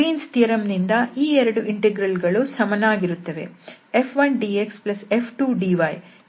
Green's theorem Green's theoremನಿಂದ ಈ ಎರಡು ಇಂಟೆಗ್ರಲ್ ಗಳು ಸಮನಾಗಿರುತ್ತವೆ